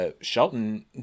Shelton